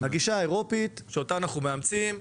הגישה האירופית, שאותה אנחנו מאמצים,